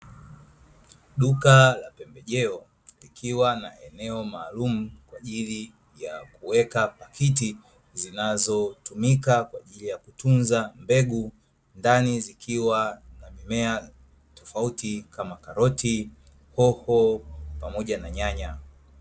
Duka la pembejeo likiwa na eneo maalum kwa ajili ya kuweka pakiti zinazotumika kwa ajili ya kutunza mbegu, ndani zikiwa na mimea tofauti kama: karoti, hoho pamoja na nyanya.